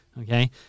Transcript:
Okay